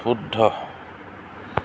শুদ্ধ